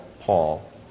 Paul